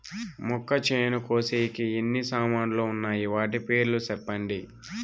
మొక్కచేను కోసేకి ఎన్ని సామాన్లు వున్నాయి? వాటి పేర్లు సెప్పండి?